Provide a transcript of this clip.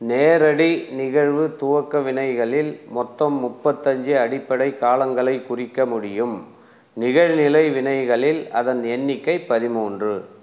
நேரடி நிகழ்வுத் துவக்க வினைகளில் மொத்தம் முப்பத்தஞ்சு அடிப்படைக் காலங்களை குறிக்க முடியும் நிகழ்நிலை வினைகளில் அதன் எண்ணிக்கை பதிமூன்று